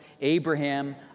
Abraham